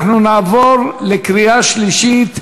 נעבור לקריאה שלישית.